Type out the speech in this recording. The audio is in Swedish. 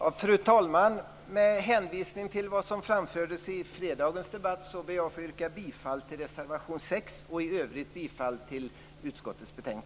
Herr talman! Med hänvisning till den tidigare debatten ber jag att få yrka bifall till reservation 4 för